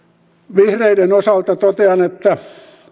vihreiden osalta totean että